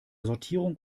sortierung